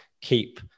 keep